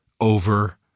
over